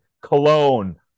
cologne